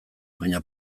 baina